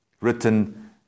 written